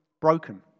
broken